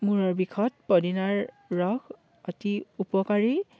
মূৰৰ বিষত পদিনাৰ ৰস অতি উপকাৰী